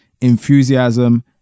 enthusiasm